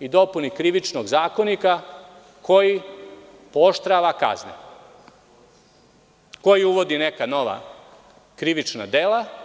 i dopuni Krivičnog zakonika koji pooštrava kazne, koji uvodi neka nova krivična dela.